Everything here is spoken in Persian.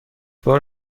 بار